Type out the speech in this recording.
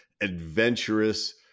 adventurous